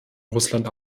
russland